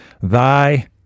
thy